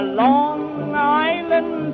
long-island